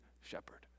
shepherd